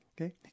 okay